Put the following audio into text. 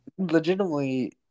Legitimately